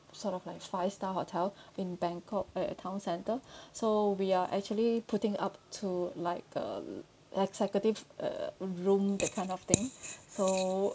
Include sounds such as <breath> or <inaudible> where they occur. sort of like five star hotel <breath> in bangkok uh at town centre <breath> so we are actually putting up to like uh executive uh room that kind of thing <breath> so